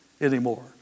anymore